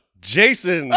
Jason